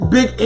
Big